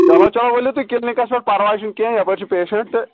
چلو چلو ؤلِو تُہۍ کِلنٕکس پیٚٹھ پرواے چھُنہٕ کیٚنٛہہ یپٲرۍ چھُ پیشنٛٹ تہٕ